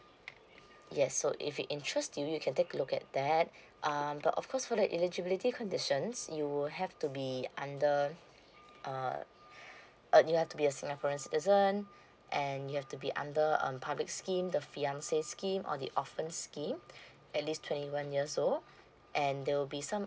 yes so if it interest you you can take a look at that um but of course for the eligibility conditions you will have to be under err uh you have to be a singaporean citizen and you have to be under um public scheme the fiance scheme or the orphan scheme at least twenty one years old and there will be some